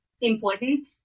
important